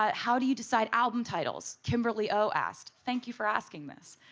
um how do you decide album titles? kimberley o. asked. thank you for asking this.